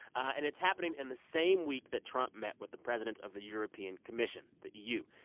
and it's happening in the same week that trump met with the president of the european commission, the eu.